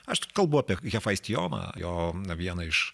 aš kalbu apie hefaistijoną jo vieną iš